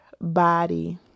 body